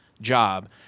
job